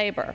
labor